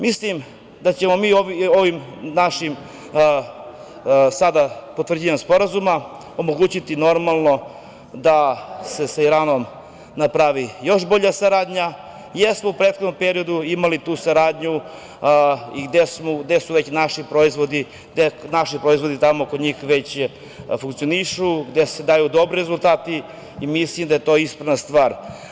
Mislim da ćemo mi ovim našim potvrđivanjem sporazuma omogućiti normalno da se sa Iranom napravi još bolja saradnja, jer smo u prethodnom periodu imali tu saradnju i gde su već naši proizvodi tamo kod njih već funkcionišu, gde se daju dobri rezultati i mislim da je to ispravna stvar.